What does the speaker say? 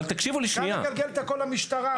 וגם לגלגל את הכול על המשטרה.